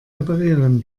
reparieren